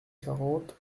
quarante